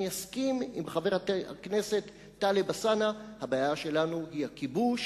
אני אסכים עם חבר הכנסת טלב אלסאנע: הבעיה שלנו היא הכיבוש.